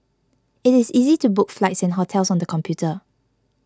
it is easy to book flights and hotels on the computer